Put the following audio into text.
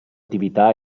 attività